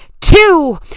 two